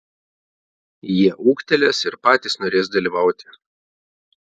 jie ūgtelės ir patys norės dalyvauti